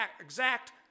exact